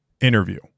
Interview